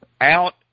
out